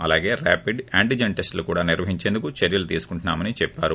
అలాగే rapid antigen టెస్టులు కూడా నిర్వహించేందుకు చర్యలు తీసుకుంటున్నాని చెప్పారు